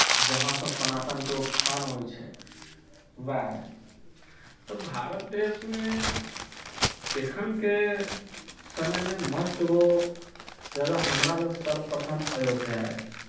जहाँसँ सनातनके उत्थान होइत छै उएह अइ तऽ भारत देशमे एखनके समयमे मस्ट गो जगह हमरा लेल सर्वप्रथम अयोध्या अइ